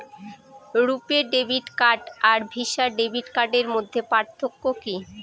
রূপে debit card আর Visa debit কার্ডের মধ্যে পার্থক্য কি?